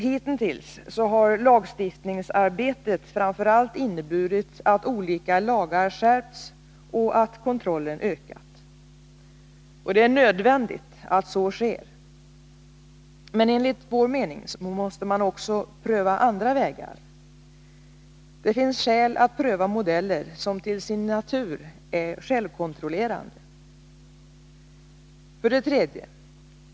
Hittills har lagstiftningsarbetet framför allt inneburit att olika lagar skärpts och att kontrollen ökat. Det är nödvändigt att så sker. Men enligt vår mening måste man också pröva andra vägar. Det finns skäl att pröva modeller som till sin natur är självkontrollerande. 3.